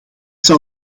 zou